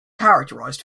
characterized